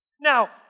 Now